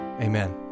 Amen